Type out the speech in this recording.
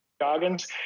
goggins